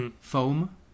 Foam